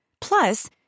Plus